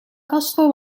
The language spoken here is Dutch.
castro